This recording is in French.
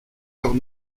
heures